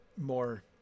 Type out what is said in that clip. more